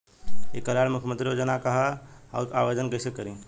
ई कल्याण मुख्यमंत्री योजना का है और आवेदन कईसे करी?